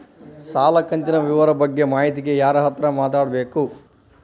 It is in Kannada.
ಸಾಲ ಕಂತಿನ ವಿವರ ಬಗ್ಗೆ ಮಾಹಿತಿಗೆ ಯಾರ ಹತ್ರ ಮಾತಾಡಬೇಕು?